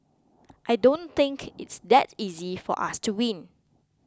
I don't think it's that easy for us to win